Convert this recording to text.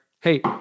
Hey